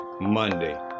Monday